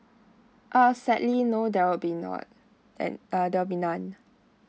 uh sadly no there will be not and uh there will be none